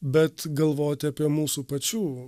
bet galvoti apie mūsų pačių